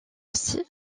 aussi